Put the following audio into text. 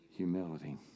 humility